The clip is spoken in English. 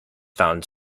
found